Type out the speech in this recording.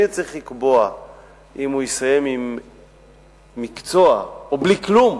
אני צריך לקבוע אם הוא יסיים עם מקצוע או בלי כלום,